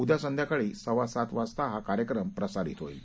उद्या संध्याकाळी सव्वा सात वाजता हा कार्यक्रम प्रसारित होईल